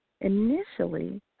Initially